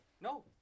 No